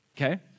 Okay